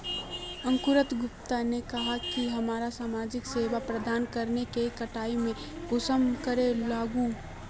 अंकूर गुप्ता ने कहाँ की हमरा समाजिक सेवा प्रदान करने के कटाई में कुंसम करे लेमु?